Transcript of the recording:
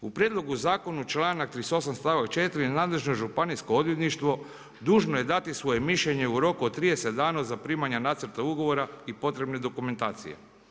U prijedlogu zakona članak 38. stavak 4. nadležno županijsko odvjetništvo dužno je dati svoje mišljenje u roku od 30 dana zaprimanja nacrta ugovora i potrebne dokumentacije.